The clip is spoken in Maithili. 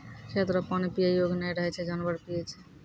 खेत रो पानी पीयै योग्य नै रहै छै जानवर पीयै छै